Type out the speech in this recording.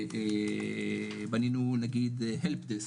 בנינו נגיד helpdesk,